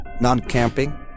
non-camping